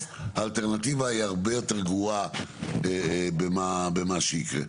האלטרנטיבה היא הרבה יותר גרועה במה שיקרה.